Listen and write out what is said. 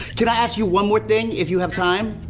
can i ask you one more thing if you have time?